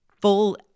full